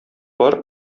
бар